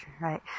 right